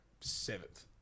seventh